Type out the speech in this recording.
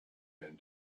and